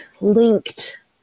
linked